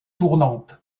tournante